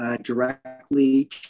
directly